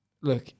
Look